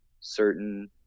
certain